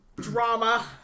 Drama